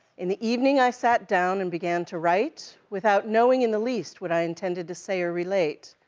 in the evening, i sat down and began to write, without knowing, in the least, what i intended to say or relate.